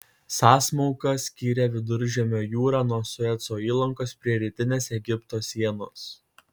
sąsmauka skyrė viduržemio jūrą nuo sueco įlankos prie rytinės egipto sienos